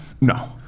No